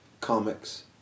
Comics